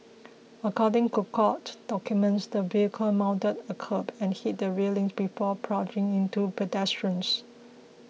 according to court documents the vehicle mounted a kerb and hit the railings before ploughing into pedestrians